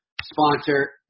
sponsor